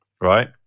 right